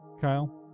Kyle